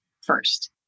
first